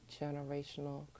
generational